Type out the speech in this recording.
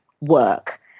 work